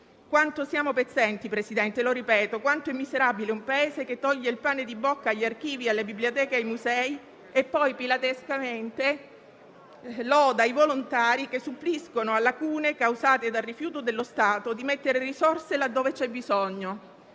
Quanto siamo pezzenti, Presidente, e lo ripeto. Quanto è miserabile un Paese che toglie il pane di bocca agli archivi, alle biblioteche e ai musei e poi, pilatescamente, loda i volontari che suppliscono a lacune causate dal rifiuto dello Stato di mettere risorse là dove c'è bisogno,